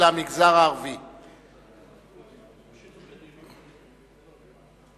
למגזר הערבי בחוג לפסיכולוגיה באוניברסיטת חיפה.